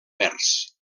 vers